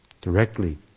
Directly